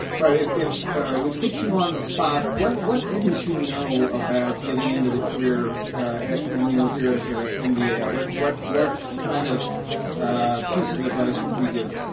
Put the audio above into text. but if if we put you on the spot, what what didn't you know about getting into the career when you were here as ah an mba? what what kind of piece of advice would you give?